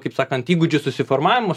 kaip sakant įgūdžių susiformavimo